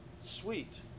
sweet